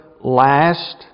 last